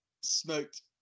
smoked